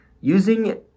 Using